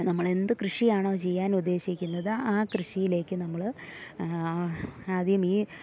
നമ്മളെന്ത് കൃഷിയാണോ ചെയ്യാൻ ഉദ്ദേശിക്കുന്നത് ആ കൃഷിയിലേക്ക് നമ്മൾ ആദ്യം ഈ